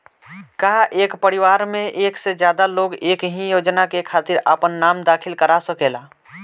का एक परिवार में एक से ज्यादा लोग एक ही योजना के खातिर आपन नाम दाखिल करा सकेला?